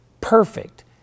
perfect